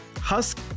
husk